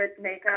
makeup